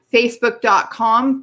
facebook.com